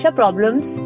problems